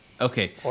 Okay